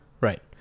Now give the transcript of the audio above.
Right